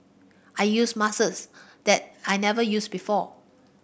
I used muscles that I never used before